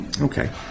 Okay